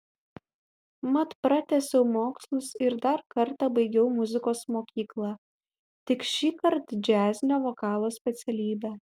mat pratęsiau mokslus ir dar kartą baigiau muzikos mokyklą tik šįkart džiazinio vokalo specialybę